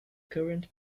current